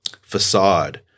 facade